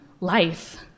life